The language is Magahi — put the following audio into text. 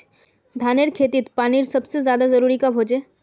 धानेर खेतीत पानीर सबसे ज्यादा जरुरी कब होचे?